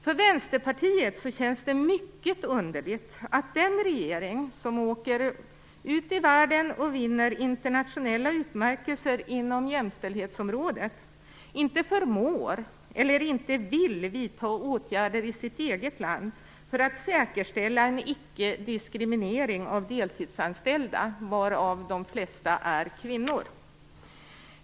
För Vänsterpartiet känns det mycket underligt att den regering som åker ut i världen och vinner internationella utmärkelser inom jämställdhetsområdet inte förmår eller inte vill vidta åtgärder i sitt eget land för att säkerställa en icke-diskriminering av deltidsanställda, varav de flesta är kvinnor.